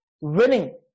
winning